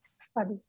studies